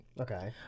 Okay